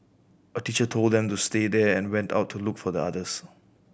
a teacher told them to stay there and went out to look for the others